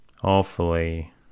Awfully